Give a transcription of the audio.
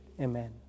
amen